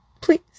Please